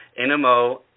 NMO